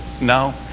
No